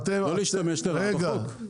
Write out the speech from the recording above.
לא להשתמש ברעה בחוק.